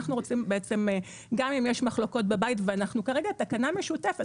גם אם יש מחלוקות בבית ואנחנו כרגע בתקנה משותפת,